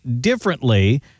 differently